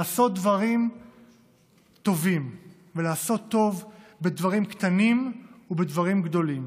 לעשות דברים טובים ולעשות טוב בדברים קטנים ובדברים גדולים,